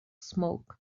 smoke